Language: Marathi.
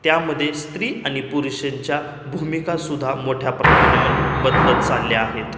त्यामध्ये स्त्री आणि पुरुषंच्या भूमिका सुद्धा मोठ्या प्रमाणात बदलत चालल्या आहेत